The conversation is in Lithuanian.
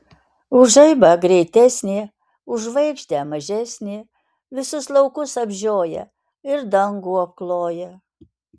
už žaibą greitesnė už žvaigždę mažesnė visus laukus apžioja ir dangų apkloja